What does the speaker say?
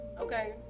okay